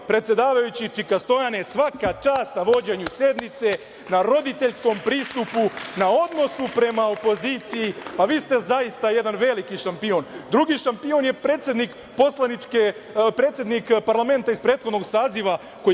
predsedavajući, čika Stojane, svaka čast na vođenju sednice, na roditeljskom pristupu, na odnosu prema opoziciji. Vi ste zaista jedan veliki šampion. Drugi šampion je predsednik parlamenta iz prethodnog saziva